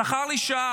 השכר לשעה,